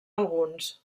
alguns